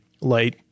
light